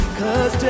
cause